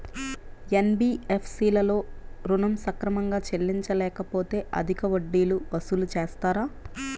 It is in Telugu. ఎన్.బీ.ఎఫ్.సి లలో ఋణం సక్రమంగా చెల్లించలేకపోతె అధిక వడ్డీలు వసూలు చేస్తారా?